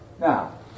Now